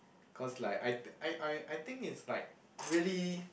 cause like I I I I think it's like really